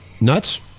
nuts